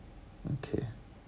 okay